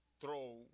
throw